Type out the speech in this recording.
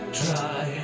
try